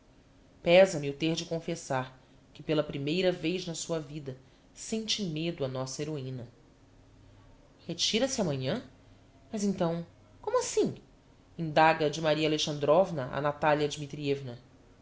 pêsa me o ter de confessar que pela primeira vez na sua vida sente medo a nossa heroina retira-se ámanhã mas então como assim indaga de maria alexandrovna a natalia